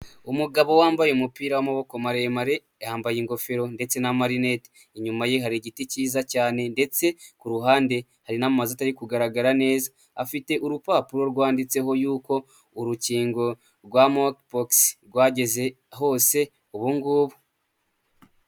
Umugabo wambaye umupira wamaboko maremare, yambaye ingofero, ndetse na marineti. Inyuma ye hari igiti cyiza cyane, ndetse kuruhande hari n'amazu atari kugaragara neza. Afite urupapuro rwanditseho yuko urukingo rwa mopokisi rwageze hose ubungubu.